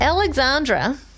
Alexandra